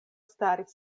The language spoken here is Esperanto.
staris